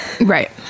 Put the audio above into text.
right